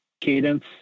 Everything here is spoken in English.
cadence